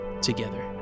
together